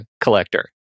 collector